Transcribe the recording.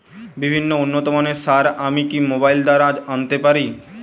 বিভিন্ন উন্নতমানের সার আমি কি মোবাইল দ্বারা আনাতে পারি?